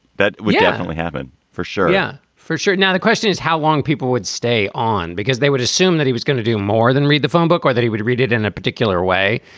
that would definitely happen for sure, yeah, for sure now the question is how long people would stay on because they would assume that he was going to do more than read the phone book or that he would read it in a particular way.